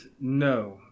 no